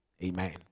amen